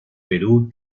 perú